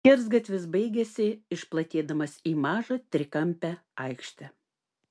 skersgatvis baigėsi išplatėdamas į mažą trikampę aikštę